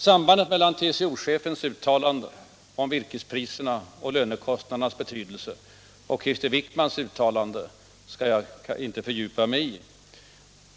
Sambandet mellan TCO-chefens uttalande om virkesprisernas och lönekostnadernas betydelse för kostnadsläget samt Krister Wickmans uttalande skall jag inte fördjupa mig i.